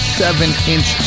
seven-inch